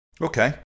Okay